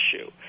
issue